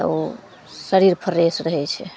तऽ ओ शरीर फ्रेश रहै छै